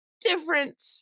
different